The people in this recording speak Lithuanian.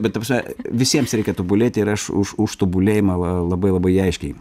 bet ta prasme visiems reikia tobulėti ir aš už už tobulėjimą la labai labai aiškiai